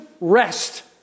rest